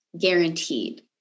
guaranteed